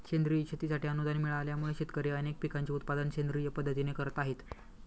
सेंद्रिय शेतीसाठी अनुदान मिळाल्यामुळे, शेतकरी अनेक पिकांचे उत्पादन सेंद्रिय पद्धतीने करत आहेत